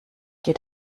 geht